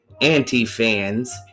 anti-fans